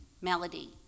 melody